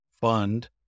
fund